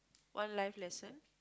one life lesson